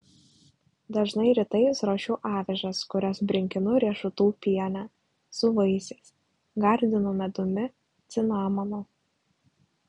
dažnai rytais ruošiu avižas kurias brinkinu riešutų piene su vaisiais gardinu medumi cinamonu